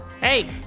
Hey